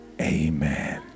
Amen